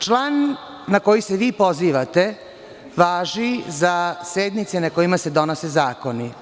Član na koji se vi pozivate važi za sednice na kojima se donose zakoni.